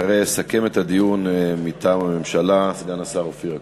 אחריה יסכם את הדיון מטעם הממשלה סגן השר אופיר אקוניס.